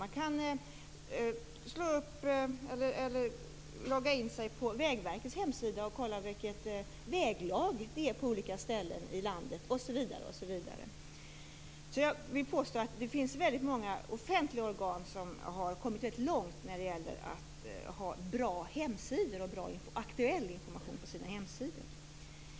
Man kan logga in sig på Vägverkets hemsida för att se hur väglaget är på olika ställen i landet osv. Jag vill alltså påstå att det finns väldigt många offentliga organ som har kommit rätt långt när det gäller bra och aktuell information på sina hemsidor.